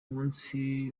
munsi